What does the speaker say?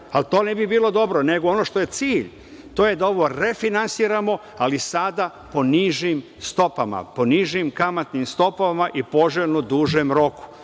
ali to ne bi bilo dobro, nego ono što je cilj, to je da ovo refinansiramo ali sada po nižim stopama, po nižim kamatnim stopama i poželjno dužem roku.